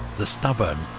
the stubborn,